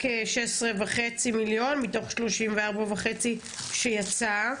רק 16.5 מיליון מתוך 34.5 שיצא.